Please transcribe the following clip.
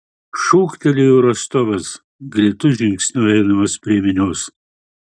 šūktelėjo rostovas greitu žingsniu eidamas prie minios